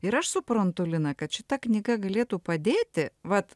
ir aš suprantu lina kad šita knyga galėtų padėti vat